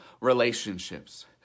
relationships